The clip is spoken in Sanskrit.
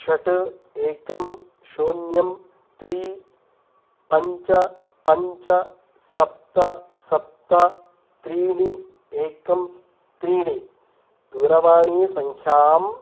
षट् एकं शून्यं त्रीणि पञ्च पञ्च सप्त सप्त त्रीणि एकं त्रीणि दूरवाणीसंख्यां